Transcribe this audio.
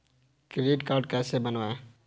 Credit card कैसे बनवाएँ?